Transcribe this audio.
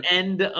end